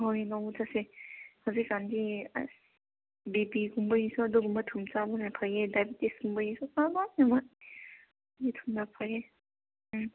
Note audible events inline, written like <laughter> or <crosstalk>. ꯍꯣꯏ ꯂꯥꯛꯑꯣ ꯆꯠꯁꯦ ꯍꯧꯖꯤꯛ ꯀꯥꯟꯗꯤ ꯑꯁ ꯕꯤ ꯄꯤꯒꯨꯝꯕꯒꯤꯁꯨ ꯑꯗꯨꯒꯨꯝꯕ ꯊꯨꯝ ꯆꯥꯕꯅ ꯐꯩꯌꯦ ꯗꯥꯏꯕꯦꯇꯤꯁ ꯒꯨꯝꯕꯒꯤꯁꯨ <unintelligible> ꯑꯗꯨꯒꯤ ꯊꯨꯝꯅ ꯐꯩꯌꯦ ꯎꯝ